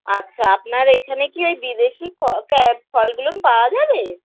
আচ্ছা আপনার এখানে কি ওই বিদেশি ফল ক্য ফলগুলোম পাওয়া যাবে